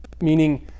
meaning